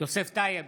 יוסף טייב,